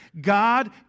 God